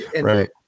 Right